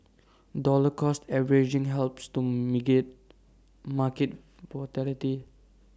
dollar cost averaging helps to mitigate market